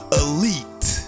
elite